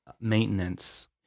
maintenance